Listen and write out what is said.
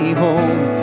home